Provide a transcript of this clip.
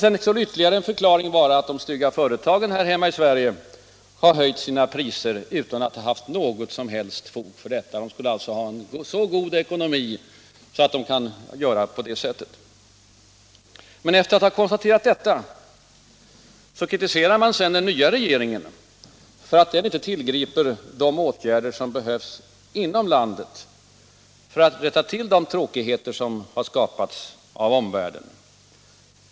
En ytterligare förklaring skulle vara att de stygga företagen här hemma i Sverige har höjt sina priser utan att ha något som helst fog härför — de skulle alltså ha en så god ekonomi att de kunde göra på det sättet. Men efter att ha konstaterat detta kritiserar man den nya regeringen för att den inte tillgriper de åtgärder som behövs inom landet för att rätta till de tråkigheter som har skapats av omvärlden.